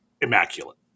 Immaculate